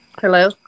Hello